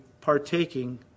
partaking